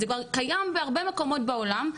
זה כבר קיים בהרבה מקומות בעולם,